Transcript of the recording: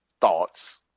thoughts